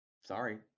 sorry